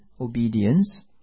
obedience